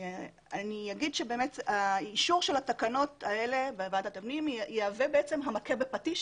אני אומר שהאישור של התקנות האלה בוועדת הפנים יהווה המכה בפטיש